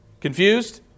Confused